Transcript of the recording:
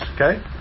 okay